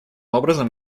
образом